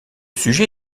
sujet